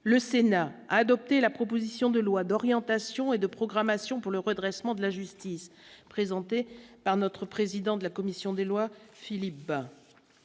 le Sénat a adopté la proposition de loi d'orientation et de programmation pour le redressement de la justice, présenté par notre président de la commission des lois, Philippe Bas,